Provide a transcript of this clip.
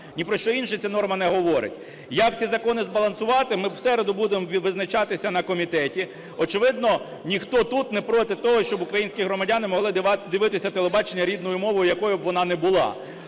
Ні про що інше ця норма не говорить. Як ці закони збалансувати, ми в середу будемо визначатися на комітеті. Очевидно, ніхто тут не проти того, щоб українські громадяни могли дивитися телебачення рідною мовою, якою б вона не була.